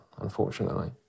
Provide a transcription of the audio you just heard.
unfortunately